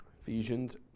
Ephesians